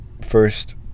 First